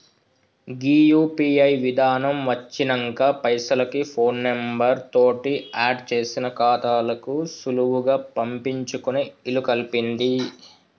గీ UPI విధానం వచ్చినంక పైసలకి ఫోన్ నెంబర్ తోటి ఆడ్ చేసిన ఖాతాలకు సులువుగా పంపించుకునే ఇలుకల్పింది